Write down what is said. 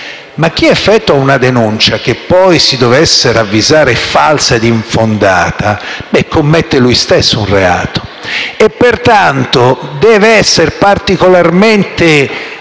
ma chi effettua una denuncia, che poi si dovesse ravvisare falsa e infondata, commette lui stesso un reato e pertanto deve essere particolarmente